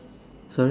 sorry